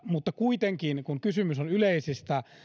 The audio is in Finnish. mutta kuitenkin kun kysymys on yleisistä